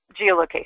geolocation